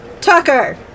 Tucker